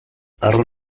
harro